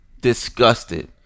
disgusted